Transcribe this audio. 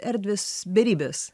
erdvės beribės